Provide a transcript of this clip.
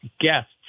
guests